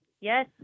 yes